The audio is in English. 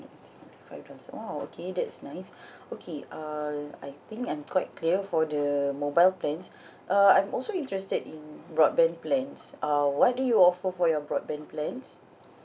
oh okay that's nice okay err I think I'm quite clear for the mobile plans uh I'm also interested in broadband plans uh what do you offer for your broadband plans